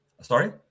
Sorry